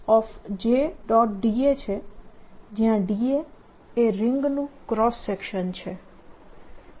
da છે જ્યાં da એ રિંગનું ક્રોસ સેક્શન છે